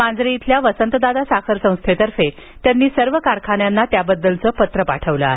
मांजरी इथल्या वसंतदादा साखर संस्थेतर्फे त्यांनी सर्व कारखान्यांना त्याबद्दलचं पत्र पाठवलं आहे